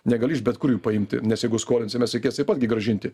negali iš bet kur jų paimti nes jeigu skolinsimės reikės taip pat gi grąžinti